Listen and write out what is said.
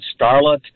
starlet